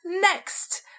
next